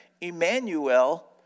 Emmanuel